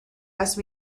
asked